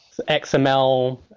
XML